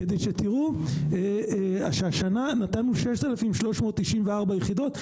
כדי שתראו שהשנה נתנו 6,394 יחידות,